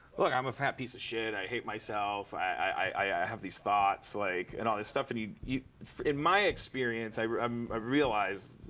look, i'm a fat piece of shit. i hate myself. i have these thoughts, like and all this stuff. and yeah in my experience i um ah realize,